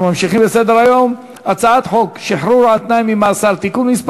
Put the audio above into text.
אנחנו ממשיכים בסדר-היום: הצעת חוק שחרור על-תנאי ממאסר (תיקון מס'